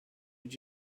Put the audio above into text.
did